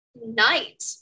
night